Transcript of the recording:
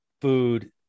food